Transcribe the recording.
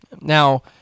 Now